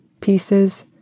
pieces